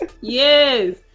Yes